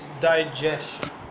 digestion